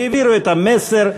העבירו את המסר.